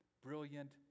brilliant